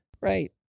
Right